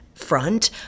Front